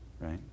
Right